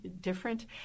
different